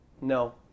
no